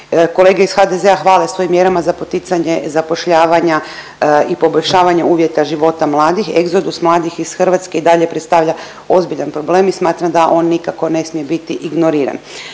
kolege iz HDZ-a hvale svojim mjerama za poticanje zapošljavanja i poboljšavanja uvjeta života mladih, egzodus mladih iz Hrvatske i dalje predstavlja ozbiljan problem i smatram da on nikako ne smije biti ignoriran.